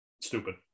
stupid